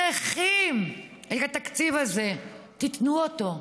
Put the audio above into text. צריכים את התקציב הזה, תנו אותו.